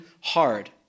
hard